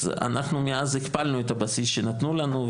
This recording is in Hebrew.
אנחנו מאז הכפלנו את התקציב שנתנו לנו,